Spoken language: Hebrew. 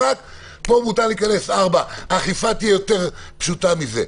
מותר להיכנס 4. האכיפה תהיה פשוטה מזה.